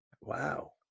Wow